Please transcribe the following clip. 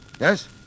Yes